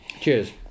cheers